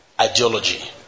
Ideology